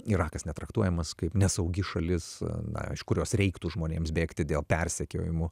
irakas netraktuojamas kaip nesaugi šalis na iš kurios reiktų žmonėms bėgti dėl persekiojimų